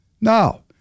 Now